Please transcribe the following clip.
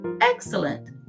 Excellent